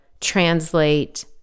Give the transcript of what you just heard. translate